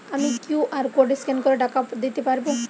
আমি QR code scan করে টাকা দিতে পারবো?